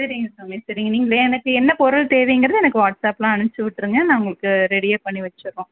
சரிங்க சாமி சரிங்க நீங்கள் எனக்கு என்ன பொருள் தேவைங்கிறது எனக்கு வாட்ஸ்அப்பில் அனுப்பிச்சி விட்ருங்க நாங்கள் உங்களுக்கு ரெடியாக பண்ணி வச்சுடுறோம்